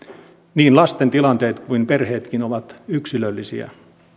niin lasten tilanteet kuin perheetkin ovat yksilöllisiä